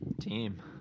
Team